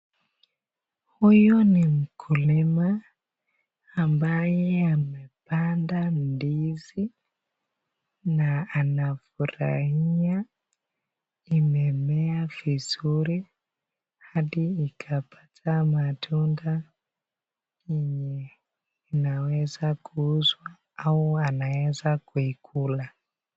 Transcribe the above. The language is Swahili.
Huyu ni mkulima ambaye amepanda ndizi na anafurahia imemea vizuri hadi ikapata matunda yenye anaweza kuuza au yenye anaweza kuikula.